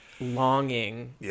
longing